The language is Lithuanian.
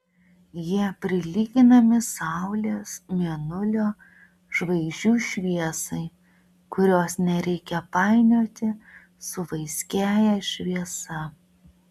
jie prilyginami saulės mėnulio žvaigždžių šviesai kurios nereikia painioti su vaiskiąja šviesa